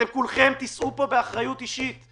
אתם כולכם תישאו פה באחריות אישית,